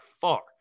far